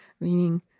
meaning